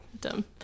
dumb